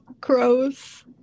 gross